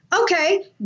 okay